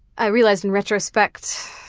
i realized in retrospect,